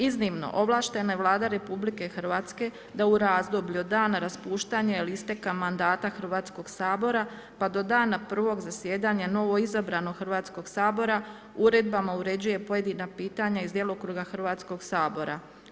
Iznimno ovlaštena je Vlada RH da u razdoblju od dana raspuštanja ili isteka mandata Hrvatskoga sabora pa do dana prvog zasjedanja novoizabranog Hrvatskoga sabora uredbama uređuje pojedina pitanja iz djelokruga Hrvatskoga sabora.